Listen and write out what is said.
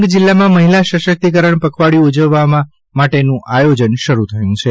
ડાંગ જિલ્લામાં મહિલા સશક્તિકરણ પખવાડિયું ઉજવવા માટેનું આયોજન શરૂ થઇ ગયું છે